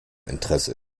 interesse